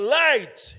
light